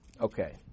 Okay